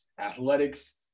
athletics